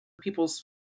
people's